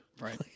Right